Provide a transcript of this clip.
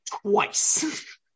twice